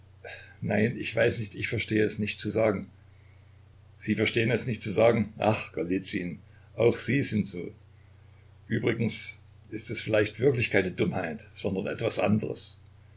nein ich weiß nicht ich verstehe es nicht zu sagen sie verstehen es nicht zu sagen ach golizyn auch sie sind so übrigens ist es vielleicht wirklich keine dummheit sondern etwas anderes